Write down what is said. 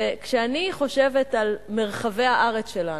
כשאני חושבת על מרחבי הארץ שלנו,